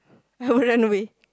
I would run away